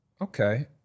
okay